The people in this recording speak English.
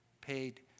paid